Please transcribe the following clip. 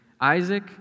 Isaac